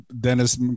Dennis